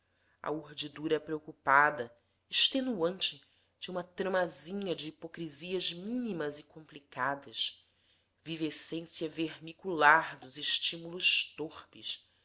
a urdidura preocupada extenuante de uma tramazinha de hipocrisias mínimas e complicadas vivescência vermicular dos estímulos torpes